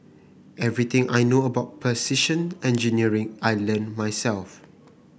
everything I know about precision engineering I learnt myself